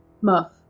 Muff